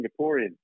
Singaporean